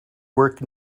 work